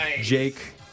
jake